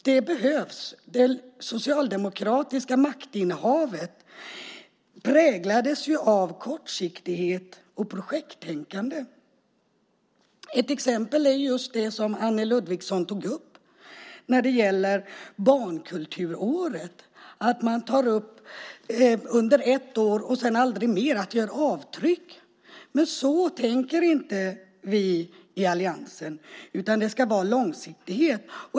Det behövs eftersom det socialdemokratiska maktinnehavet präglades av kortsiktighet och projekttänkande. Ett exempel är just det som Anne Ludvigsson tog upp, nämligen barnkulturåret. Där tog man upp detta under ett år, och sedan skulle det aldrig mer göra avtryck. Så tänker inte vi i alliansen, utan det ska vara långsiktighet.